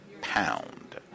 pound